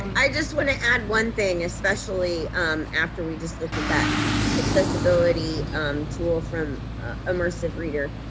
i just wanna add one thing. especially um after we just looked at that accessibility tool from immersive reader.